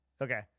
Okay